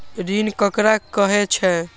ऋण ककरा कहे छै?